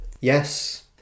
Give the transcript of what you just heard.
Yes